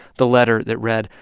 the letter that read,